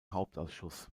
hauptausschuss